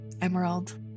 Emerald